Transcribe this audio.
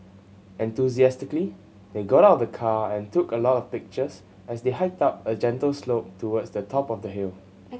enthusiastically they got out of the car and took a lot of pictures as they hiked up a gentle slope towards the top of the hill